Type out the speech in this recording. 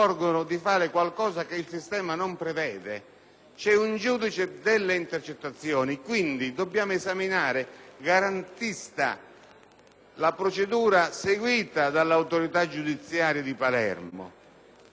C'è un giudice delle intercettazioni, quindi dobbiamo esaminare se sia garantista la procedura seguita dall'autorità giudiziaria di Palermo. Non possiamo dire che intanto